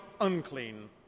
unclean